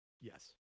Yes